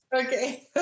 Okay